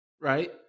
right